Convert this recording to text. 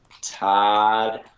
Todd